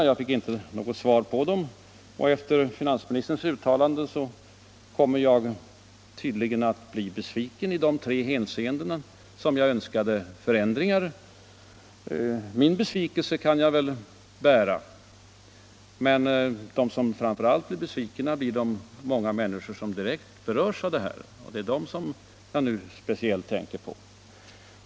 Jag fick inte något svar på dem, och efter finansministerns uttalande kommer jag tydligen att bli besviken i de tre hänseenden där jag önskade förändringar. Min besvikelse kan jag väl bära. Men de som framför allt blir besvikna är de många människor som direkt berörs av detta. Det är dem som jag nu speciellt tänker på.